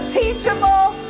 teachable